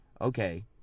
okay